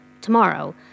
tomorrow